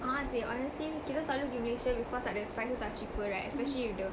ah seh honestly kita selalu pergi malaysia because like the prices are cheaper right especially with the